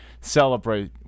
celebrate